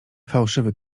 fałszywy